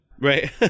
Right